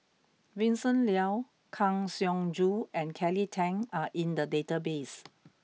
Vincent Leow Kang Siong Joo and Kelly Tang are in the database